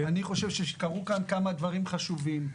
כי אני חושב שקרו כאן כמה דברים חשובים.